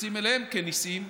ומתייחסים אליהם כאל ניסים,